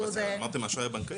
אבל אמרתם אשראי בנקאי.